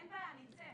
אין בעיה, אני אצא.